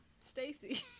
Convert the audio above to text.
Stacy